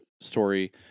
story